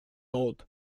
old